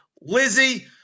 Lizzie